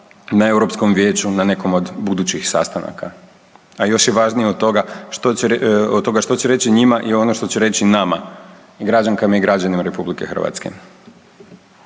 na Europskom vijeću na nekom od budućih sastanaka. A još je važnije od toga što će reći njima i ono što će reći nama i građankama i građanima Republike Hrvatske.